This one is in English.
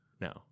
No